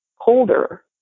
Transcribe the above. colder